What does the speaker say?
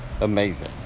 amazing